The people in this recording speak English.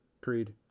Creed